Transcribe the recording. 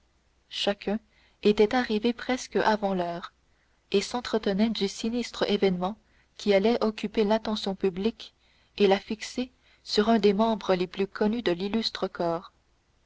chacun était arrivé presque avant l'heure et s'entretenait du sinistre événement qui allait occuper l'attention publique et la fixer sur un des membres les plus connus de l'illustre corps